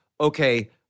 okay